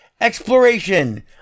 exploration